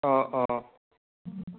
অ' অ'